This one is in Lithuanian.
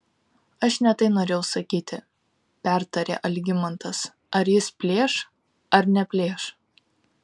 aš ne tai norėjau sakyti pertarė algimantas ar jis plėš ar neplėš